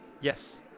Yes